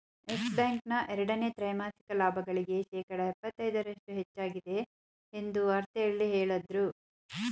Yes Bank ನ ಎರಡನೇ ತ್ರೈಮಾಸಿಕ ಲಾಭಗಳಿಗೆ ಶೇಕಡ ಎಪ್ಪತೈದರಷ್ಟು ಹೆಚ್ಚಾಗಿದೆ ಎಂದು ವಾರ್ತೆಯಲ್ಲಿ ಹೇಳದ್ರು